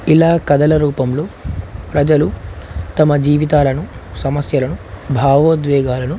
ఇలా కథల రూపంలో ప్రజలు తమ జీవితాలను సమస్యలను భావోద్వేగాలను